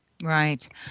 Right